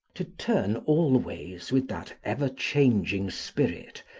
to turn always with that ever-changing spirit,